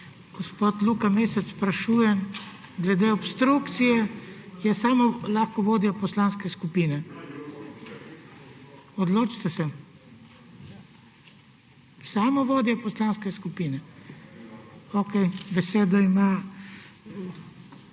Gospod Luka Mesec, sprašujem glede obstrukcije, lahko samo vodja poslanske skupine. Odločite se. Samo vodja poslanske skupine. Besedo ima